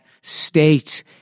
state